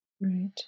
Right